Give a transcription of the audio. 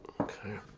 Okay